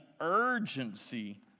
urgency